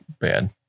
bad